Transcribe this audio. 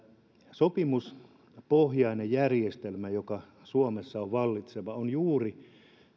sopimuspohjainen järjestelmä joka suomessa on vallitseva on juuri